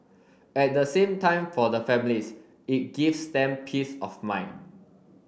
at the same time for the families it gives them peace of mind